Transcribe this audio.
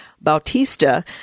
Bautista